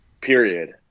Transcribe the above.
period